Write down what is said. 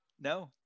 No